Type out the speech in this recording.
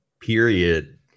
period